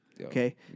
Okay